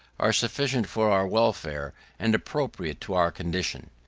are sufficient for our welfare and appropriate to our condition.